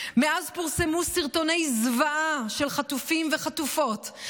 מאז פורסמו סרטוני זוועה של חטופים וחטופות,